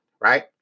right